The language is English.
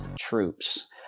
troops